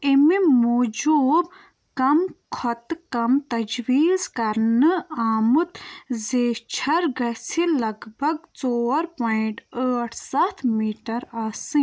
اَمہِ موٗجوٗب کَم کھۄتہٕ کَم تَجویٖز کرنہٕ آمُت زیچھَر گژھِ لگ بگ ژور پویِنٛٹ ٲٹھ سَتھ میٖٹَر آسہٕ